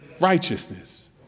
righteousness